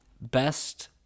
Best